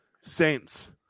Saints